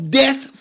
death